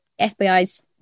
FBI's